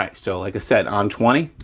i so like said on twenty.